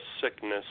sickness